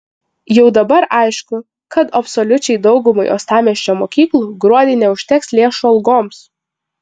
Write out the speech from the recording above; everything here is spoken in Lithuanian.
jau dabar aišku kad absoliučiai daugumai uostamiesčio mokyklų gruodį neužteks lėšų algoms